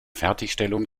fertigstellung